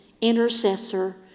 intercessor